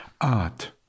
Art